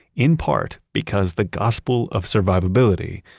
in part because the gospel of survivability,